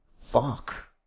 fuck